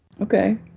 Okay